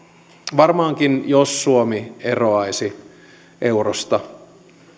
varmaankin jos suomi eroaisi eurosta